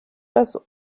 das